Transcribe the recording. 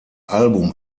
album